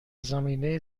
زمینه